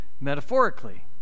metaphorically